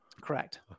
Correct